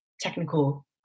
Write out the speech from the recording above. technical